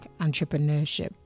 entrepreneurship